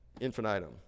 infinitum